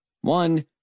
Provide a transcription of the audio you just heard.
One